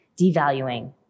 devaluing